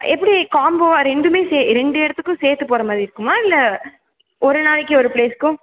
எப்படி காம்போவா ரெண்டுமே சே ரெண்டு இடத்துக்கும் சேர்த்து போகிற மாதிரி இருக்குமா இல்லை ஒரு நாளைக்கு ஒரு ப்லேஸ்க்கும்